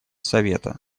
совета